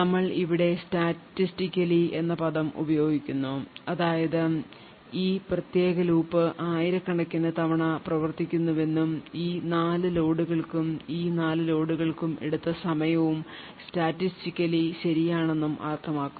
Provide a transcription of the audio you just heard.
ഞങ്ങൾ ഇവിടെ സ്റ്റാറ്റിസ്റ്റിക്കലി എന്ന പദം ഉപയോഗിക്കുന്നു അതായത് ഈ പ്രത്യേക ലൂപ്പ് ആയിരക്കണക്കിന് തവണ പ്രവർത്തിക്കുന്നുവെന്നും ഈ നാല് ലോഡുകൾക്കും ഈ നാല് ലോഡുകൾക്കും എടുത്ത സമയവും സ്റ്റാറ്റിസ്റ്റിക്കലി ശരിയാണെന്നും അർത്ഥമാക്കുന്നു